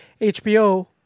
hbo